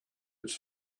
its